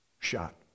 Shot